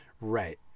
Right